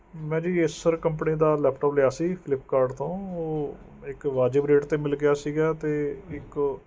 ਮੈ ਜੀ Acer company ਦਾ ਲੈਪਟੋਪ ਲਿਆ ਸੀ ਫਲਿੱਪਕਾਟ ਤੋਂ ਉਹ ਇੱਕ ਵਾਜਬ ਰੇਟ 'ਤੇ ਮਿਲ ਗਿਆ ਸੀਗਾ ਅਤੇ ਇੱਕ